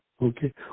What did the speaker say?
Okay